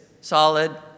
solid